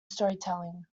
storytelling